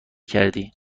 کردی